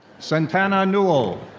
santana newell.